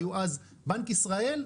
היו אז בנק ישראל,